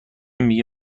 میگه